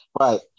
Right